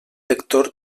lector